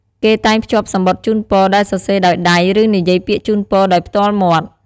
គេតែងភ្ជាប់សំបុត្រជូនពរដែលសរសេរដោយដៃ ឬនិយាយពាក្យជូនពរដោយផ្ទាល់មាត់។